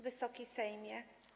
Wysoki Sejmie!